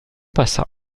passa